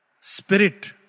Spirit